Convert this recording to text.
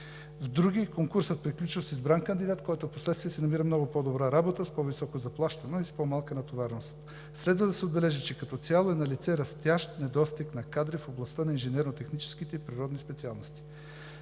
В други конкурсът приключва с избран кандидат, който впоследствие си намира много по-добра работа, с по-високо заплащане и с по-малка натовареност. Следва да се отбележи, че като цяло е налице растящ недостиг на кадри в областта на инженерно-техническите и природните специалности.